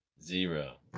Zero